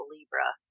Libra